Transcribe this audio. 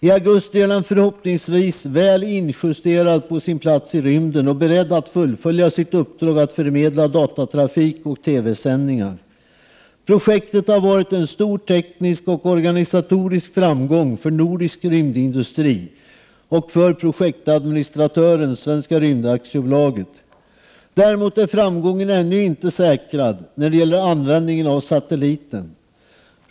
I augusti är den förhoppningsvis väl injusterad på sin plats i rymden och beredd att fullfölja sitt uppdrag att förmedla datatrafik och TV-sändningar. Projektet har varit en stor teknisk och organisatorisk framgång för nordisk rymdindustri och för projektadministratören Svenska Rymd AB. Däremot är framgången ännu inte säkrad när det gäller användningen av satelliten.